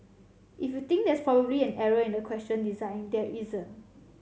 if you think there's probably an error in the question design there isn't